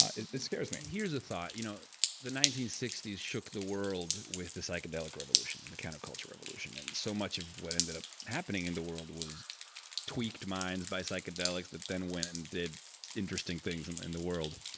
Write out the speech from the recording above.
ah it scares me here's a thought. you know the nineteen sixty s shook the world with the psychedelic revolution, and the counterculture revolution and so much of what ended up happening in the world was tweaked minds by psychedelics that then went and did interesting things and in the world.